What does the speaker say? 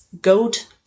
goat